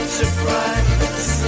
surprise